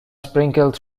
sprinkled